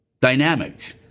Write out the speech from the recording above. dynamic